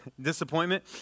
Disappointment